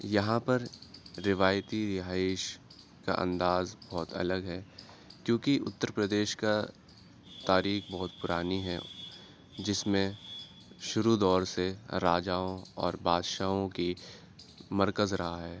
یہاں پر روایتی رہائش کا انداز بہت الگ ہے کیوںکہ اتر پردیش کا تاریخ بہت پرانی ہے جس میں شروع دور سے راجاؤں اور بادشاہوں كی مركز رہا ہے